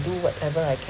do whatever I can